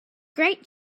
great